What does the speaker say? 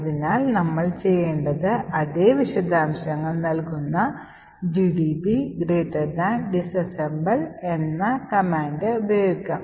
അതിനാൽ നമ്മൾ ചെയ്യേണ്ടത് അതേ വിശദാംശങ്ങൾ നൽകുന്ന gdb disassemble എന്ന കമാൻഡ് ഉപയോഗിക്കാം